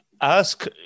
ask